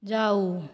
जाउ